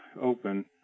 open